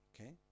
Okay